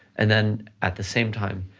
and then at the same time,